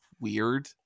weird